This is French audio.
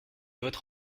votre